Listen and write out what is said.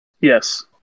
Yes